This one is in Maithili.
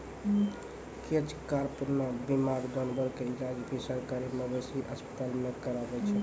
कैच कार्प नॅ बीमार जानवर के इलाज भी सरकारी मवेशी अस्पताल मॅ करावै छै